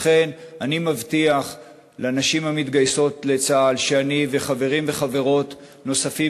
לכן אני מבטיח לנשים המתגייסות לצה"ל שאני וחברים וחברות נוספים,